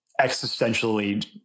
existentially